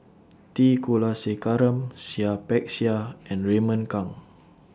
T Kulasekaram Seah Peck Seah and Raymond Kang